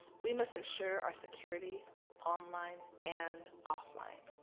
we must ensure our security online and off line.